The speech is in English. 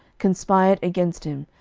conspired against him,